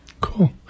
cool